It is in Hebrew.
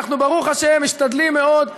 אנחנו, ברוך השם, משתדלים מאוד.